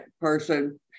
person